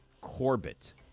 Corbett